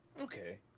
Okay